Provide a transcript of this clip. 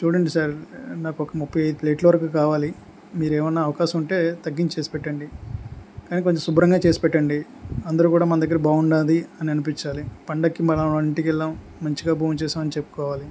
చూడండి సార్ నాకు ఒక ముప్పై ఐదు ప్లేట్ల వరకు కావాలి మీరేమైనా అవకాశం ఉంటే తగ్గించేసి పెట్టండి కానీ కొంచెం శుభ్రంగా చేసి పెట్టండి అందరూ కూడా మాన దగ్గర బాగుంది అని అనిపించాలి పండక్కి మన ఇంటికి వెళ్ళాము మంచిగా భోంచేసాము చేసాము అని చెప్పుకోవాలి